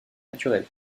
naturelle